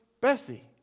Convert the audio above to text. Bessie